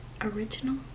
original